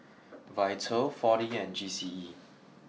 Vital four D and G C E